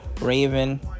Raven